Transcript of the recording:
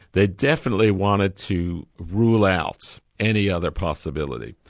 they definitely wanted to rule out any other possibility.